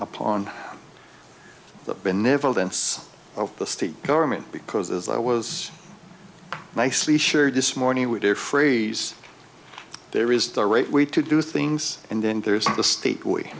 upon the benevolence of the state government because as i was nicely shared this morning we do phrase there is the right way to do things and then there is the state